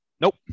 Nope